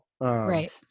Right